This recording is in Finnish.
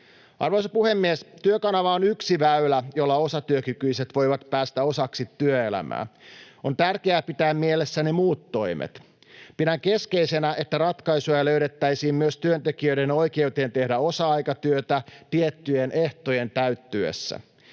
Arvoisa puhemies! Työkanava on yksi väylä, jolla osatyökykyiset voivat päästä osaksi työelämää. On tärkeää pitää mielessä ne muut toimet. Pidän keskeisenä, että ratkaisuja löydettäisiin myös työntekijöiden oikeuteen tehdä osa-aikatyötä tiettyjen ehtojen täyttyessä.